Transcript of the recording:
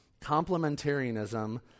Complementarianism